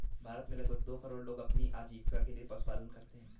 भारत में लगभग दो करोड़ लोग अपनी आजीविका के लिए पशुपालन करते है